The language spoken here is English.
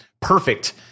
perfect